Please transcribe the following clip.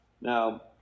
Now